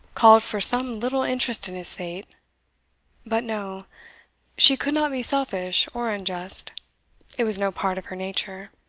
called for some little interest in his fate but no she could not be selfish or unjust it was no part of her nature.